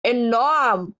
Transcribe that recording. enorm